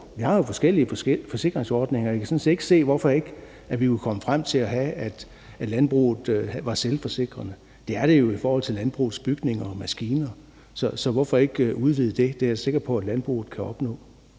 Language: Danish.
vi har jo forskellige forsikringsordninger, og jeg kan sådan set ikke se, hvorfor vi ikke kunne komme frem til at have det sådan, at landbruget var selvforsikrende. Det er det jo i forhold til landbrugets bygninger og maskiner, så hvorfor ikke udvide det? Det er jeg sikker på at landbruget kan opnå.